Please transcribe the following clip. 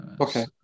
okay